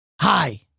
Hi